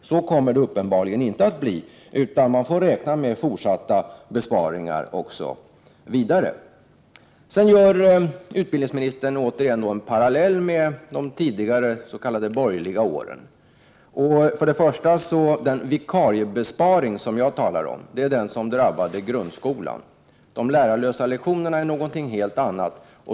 Så kommer det uppenbarligen inte att bli, utan att man får räkna med fortsatta besparingar också i fortsättningen. Sedan drar utbildningsministern återigen en parallell med de tidigare s.k. borgerliga åren. Först och främst är den vikariebesparing som jag talar om den som drabbade grundskolan. De lärarlösa lektionerna är någonting helt annat.